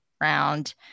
round